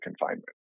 confinement